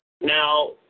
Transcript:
Now